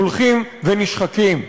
הולכים ונשחקים.